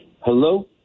Hello